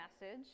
message